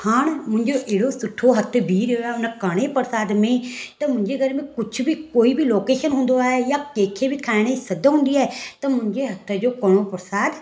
हाण मुंहिंजो अहिड़ो सुठो हथ बिहु रहियो आहे उन कड़े प्रसाद में त मुंहिंजे घर में कुझु बि कोई बि लोकेशन हूंदो आहे या कंहिंखे बि खाइण जी सद हूंदी आहे त मुंहिंजे हथ जो कड़ों प्रसाद